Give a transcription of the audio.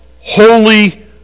holy